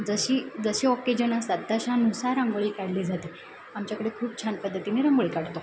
जशी जशी ऑकेजन असतात तशानुसार रंगोळी काढली जाते आमच्याकडे खूप छान पद्धतीने रांंगोळी काढतो